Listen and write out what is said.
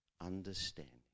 understanding